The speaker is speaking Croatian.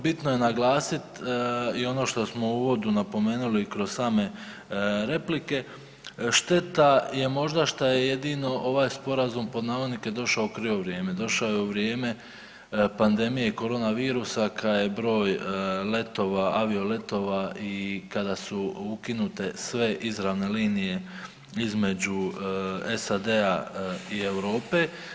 Bitno je naglasiti i ono što smo u uvodu napomenuli kroz same replike, šteta je možda što je jedino ovaj Sporazum pod navodnike, došao u krivo vrijeme, došao je u vrijeme pandemije koronavirusa kad je broj letova, avioletova i kada su ukinute sve izravne linije između SAD-a i Europe.